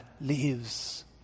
lives